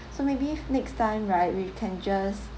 so maybe if next time right we'll can just